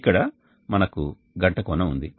ఇక్కడ మనకు గంట కోణం ఉంది